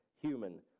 human